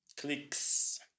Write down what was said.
Clicks